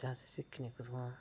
जां असें सिक्खनी कु'त्थुआं